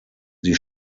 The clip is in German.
sie